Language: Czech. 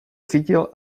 cítil